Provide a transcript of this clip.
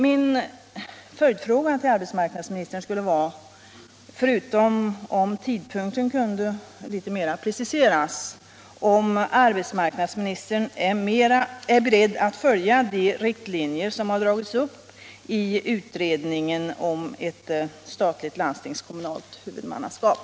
Min följdfråga till arbetsmarknadsministern skulle vara — förutom om tidpunkten kunde preciseras litet mer - om arbetsmarknadsministern är beredd att följa de riktlinjer som dragits upp i utredningen om ett statligt landstingskommunalt huvudmannaskap.